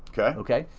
okay. okay?